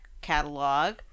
catalog